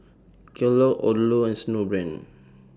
Kellogg's Odlo and Snowbrand